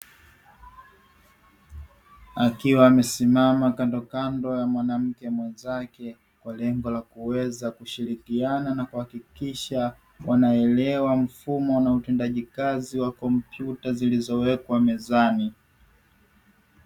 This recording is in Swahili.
Akiwa amesimama kandokando ya mwanamke mwenzake kwa lengo la kuweza kushirikiana na kuhakikisha wanaelewa mfumo na utendaji kazi wa kompyuta zilizowekwa mezani.